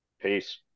Peace